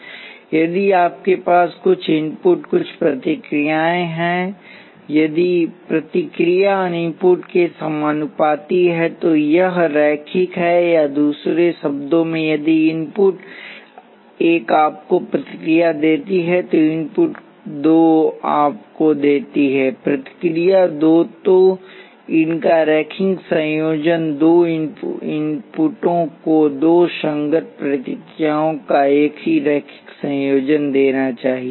यदि आपके पास कुछ इनपुट कुछ प्रतिक्रियाएँ हैं यदि प्रतिक्रिया इनपुट के समानुपाती है तो यह रैखिक है या दूसरे शब्दों में यदि इनपुट एक आपको प्रतिक्रिया देती है तो इनपुट दो आपको देती है प्रतिक्रिया दो तो इनका रैखिक संयोजन दो इनपुटओं को दो संगत प्रतिक्रियाओं का एक ही रैखिक संयोजन देना चाहिए